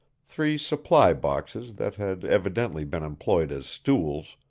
three supply boxes that had evidently been employed as stools,